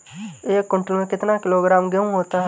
एक क्विंटल में कितना किलोग्राम गेहूँ होता है?